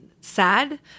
sad